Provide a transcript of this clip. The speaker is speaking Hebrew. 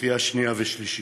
לקריאה שנייה ושלישית.